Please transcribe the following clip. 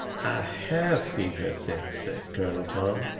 i have seen her since, says colonel tom,